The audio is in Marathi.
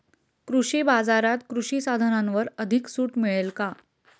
कृषी बाजारात कृषी साधनांवर अधिक सूट मिळेल का?